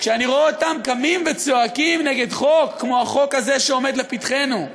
כשאני רואה אותם קמים וצועקים נגד חוק כמו החוק הזה שעומד לפתחנו,